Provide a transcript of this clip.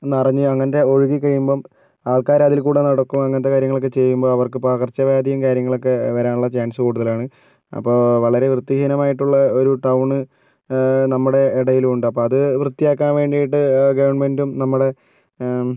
നിറഞ്ഞ് അങ്ങനെ ഒഴുകി കഴിയുമ്പോൾ ആൾക്കാർ അതില്കൂടി നടക്കും അങ്ങനത്തെ കാര്യങ്ങളൊക്കെ ചെയ്യുമ്പോൾ അവർക്ക് പകർച്ചവ്യാധിയും കാര്യങ്ങളൊക്കെ വരാനുള്ള ചാൻസ് കൂടുതലാണ് അപ്പോൾ വളരെ വൃത്തി ഹീനമായിട്ടുള്ള ഒരു ടൗൺ നമ്മുടെ ഇടയിലുണ്ട് അപ്പോൾ അത് വൃത്തിയാക്കാൻ വെണ്ടിയിട്ട് ഗവൺമെൻറും നമ്മളുടെ